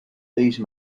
these